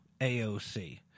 AOC